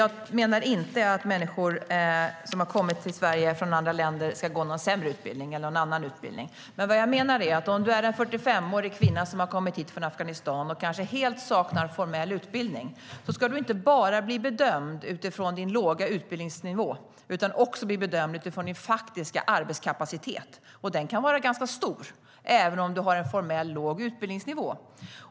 Jag menar inte att människor som har kommit till Sverige från andra länder ska gå en sämre eller annan utbildning. Det jag menar är att om man är en 45-årig kvinna som har kommit hit från Afghanistan och kanske helt saknar formell utbildning ska man inte bara bli bedömd utifrån sin låga utbildningsnivå utan också utifrån sin faktiska arbetskapacitet. Den kan vara ganska stor även om man har en låg formell utbildningsnivå.